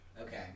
Okay